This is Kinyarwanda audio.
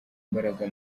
imbaraga